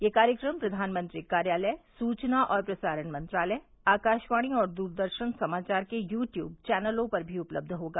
यह कार्यक्रम प्रधानमंत्री कार्यालय सूचना और प्रसारण मंत्रालय आकाशवाणी और दूरदर्शन समाचार के यू ट्यूब चैनलों पर भी उपलब्ध होगा